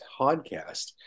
podcast